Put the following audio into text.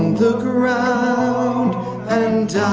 the ground and and